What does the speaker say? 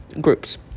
groups